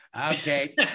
Okay